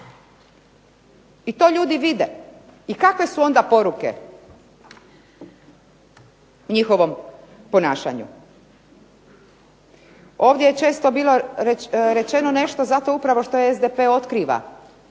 I to ljudi vide. I kakve su onda poruke njihovom ponašanju? Ovdje je često bilo rečeno nešto zato upravo što SDP otkriva